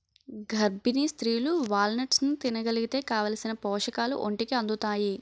గర్భిణీ స్త్రీలు వాల్నట్స్ని తినగలిగితే కావాలిసిన పోషకాలు ఒంటికి అందుతాయి